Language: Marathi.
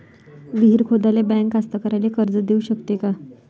विहीर खोदाले बँक कास्तकाराइले कर्ज देऊ शकते का?